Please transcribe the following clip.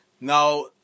Now